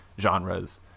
genres